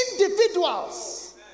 individuals